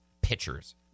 pitchers